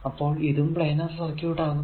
അപ്പോൾ ഇതും planar circuit ആകും